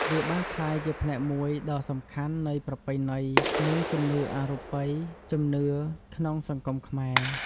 វាបានក្លាយជាផ្នែកមួយដ៏សំខាន់នៃប្រពៃណី និងជំនឿអបិយជំនឿក្នុងសង្គមខ្មែរ។